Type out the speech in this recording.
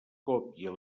còpia